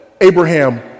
Abraham